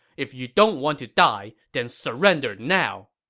if you don't want to die, then surrender now!